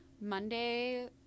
Monday